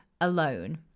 alone